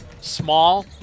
Small